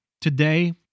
today